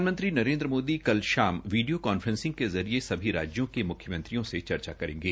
प्रधानमंत्री नरेन्द्र मोदी कल शाम वीडियो कांफ्रेसिंग के जरिये सभी राज्यो के म्ख्यमंत्रियों से चर्चा करेंगे